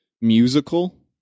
musical